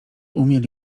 umieli